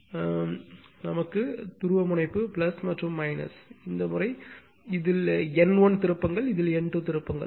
அது உடனடி துருவமுனைப்பு மற்றும் இது இந்த முறை இது N1 திருப்பங்கள் N 2 திருப்பங்கள்